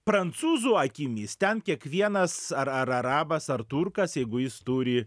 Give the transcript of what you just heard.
prancūzų akimis ten kiekvienas ar ar arabas ar turkas jeigu jis turi